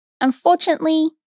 Unfortunately